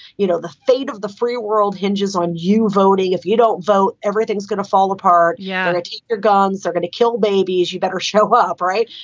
you know, the fate of the free world hinges on you voting if you don't vote. everything's gonna fall apart. yeah. take your guns. they're going to kill babies. you better show up. right?